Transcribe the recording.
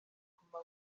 guma